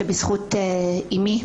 שניצלתי בזכות אימי,